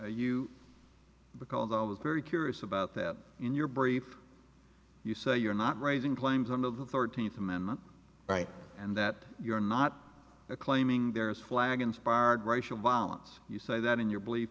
that i was very curious about that in your brief you say you're not raising claims of the thirteenth amendment right and that you're not claiming there is flag inspired racial violence you say that in your belief